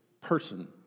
person